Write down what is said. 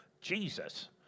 Jesus